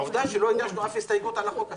עובדה שלא הגשנו אף הסתייגות על החוק הזה.